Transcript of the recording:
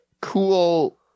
cool